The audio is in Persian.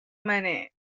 منه